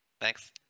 Thanks